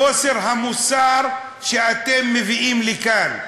בחוסר המוסר שאתם מביאים לכאן.